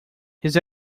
his